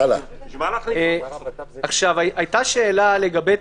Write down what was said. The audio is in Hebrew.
בשביל מה להכניס עוד מחסום?